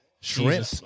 shrimp